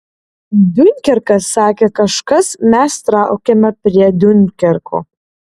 diunkerkas sakė kažkas mes traukiame prie diunkerko